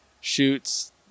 shoots